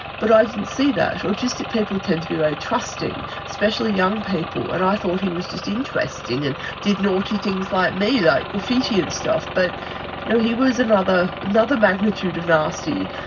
but i didn't see that. autistic people tend to be very trusting, especially young people, and i thought he was just interesting and did naughty things like me, like graffiti and stuff. but he was another another magnitude of nasty.